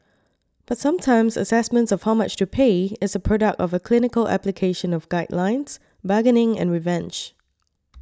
but sometimes assessments of how much to pay is a product of a clinical application of guidelines bargaining and revenge